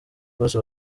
bose